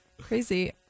crazy